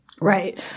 right